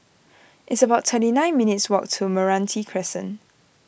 it's about thirty nine minutes' walk to Meranti Crescent